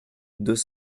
deux